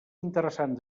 interessant